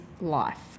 life